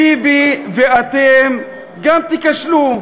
ביבי וגם אתם תיכשלו.